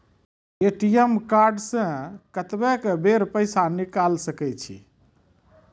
ATM card से कत्तेक बेर पैसा निकाल सके छी?